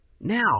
now